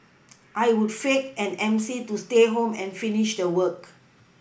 I would fake an M C to stay home and finish the work